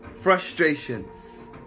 frustrations